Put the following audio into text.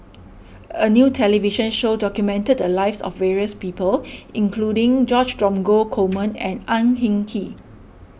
a new television show documented the lives of various people including George Dromgold Coleman and Ang Hin Kee